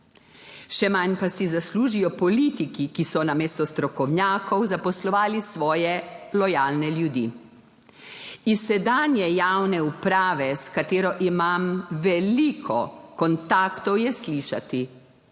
Še manj pa si zaslužijo politiki, ki so namesto strokovnjakov zaposlovali svoje lojalne ljudi. Iz sedanje javne uprave, s katero imam veliko kontaktov, je slišati,